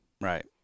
right